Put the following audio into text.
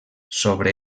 sobre